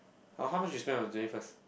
!wah! how much you spent on your twenty first